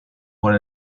por